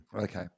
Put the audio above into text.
Okay